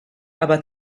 aber